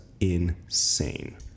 insane